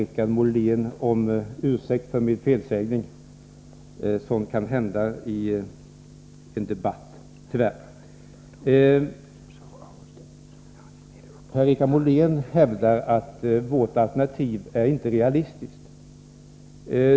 Fru talman! Först vill jag be Per-Richard Molén om ursäkt för min felsägning — sådant kan tyvärr hända i en debatt. Per-Richard Molén hävdar att vårt alternativ inte är realistiskt.